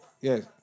Yes